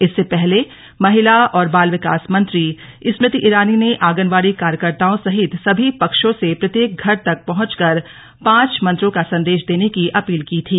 इससे पहले महिला और बाल विकास मंत्री स्मृति ईरानी ने आंगनवाड़ी कार्यकर्ताओं सहित सभी पक्षों से प्रत्येक घर तक पहुंचकर पांच मंत्रों का संदेश देने कि अपील की थी